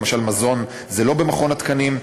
למשל מזון, לא במכון התקנים,